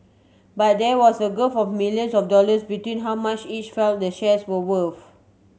but there was a gulf of millions of dollars between how much each felt the shares were worth